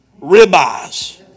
ribeyes